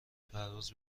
پرواز